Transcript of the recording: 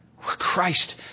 Christ